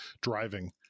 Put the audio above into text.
driving